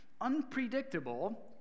unpredictable